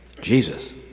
Jesus